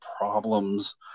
problems